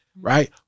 Right